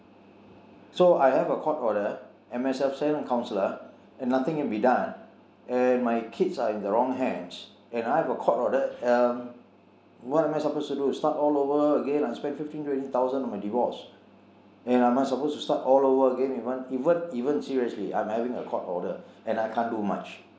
so I have a court order M_S_F send counsellor and nothing can be done and my kids are in the wrong hands and I have a court order um what am I supposed to do start all over again I spent fifteen twenty thousand on my divorce and am I supposed to start all over again even even seriously I am having a court order and I can't do much